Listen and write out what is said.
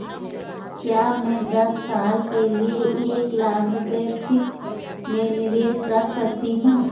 क्या मैं दस साल के लिए एक लाख रुपये फिक्स में निवेश कर सकती हूँ?